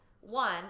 One